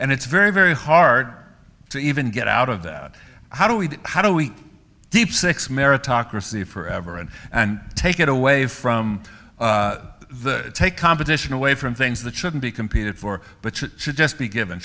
and it's very very hard to even get out of that how do we how do we keep six meritocracy forever and and take it away from the take competition away from things that shouldn't be competed for but should just be given